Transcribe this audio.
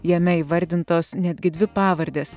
jame įvardintos netgi dvi pavardės